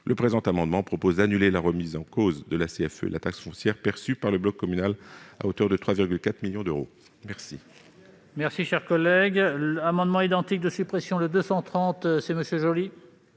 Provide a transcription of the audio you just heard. Le présent amendement vise donc à annuler la remise en cause de la CFE et de la taxe foncière perçues par le bloc communal à hauteur de 3,4 milliards d'euros. La